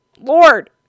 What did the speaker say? lord